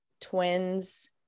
twins-